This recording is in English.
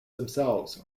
themselves